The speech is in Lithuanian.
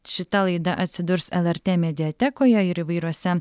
šita laida atsidurs lrt mediatekoje ir įvairiose